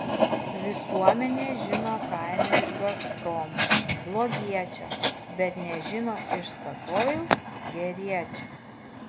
visuomenė žino kainą iš gazprom blogiečio bet nežino iš statoil geriečio